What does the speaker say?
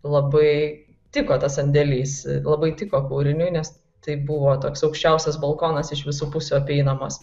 labai tiko tas sandėlis labai tiko kūriniui nes tai buvo toks aukščiausias balkonas iš visų pusių apeinamas